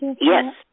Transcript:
Yes